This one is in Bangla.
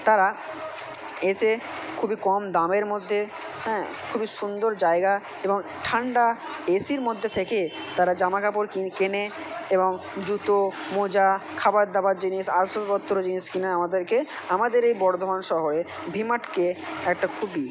তারা এসে খুবই কম দামের মধ্যে হ্যাঁ খুবই সুন্দর জায়গা এবং ঠান্ডা এ সির মধ্যে থেকে তারা জামা কাপড় কেনে এবং জুতো মোজা খাবার দাবার জিনিস আর সবপত্র জিনিস কিনে আমাদেরকে আমাদের এই বর্ধমান শহরে ভি মার্টকে একটা খুবই